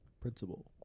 Principle